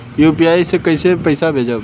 UPI से कईसे पैसा भेजब?